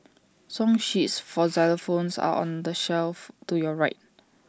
song sheets for xylophones are on the shelf to your right